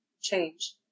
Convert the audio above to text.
change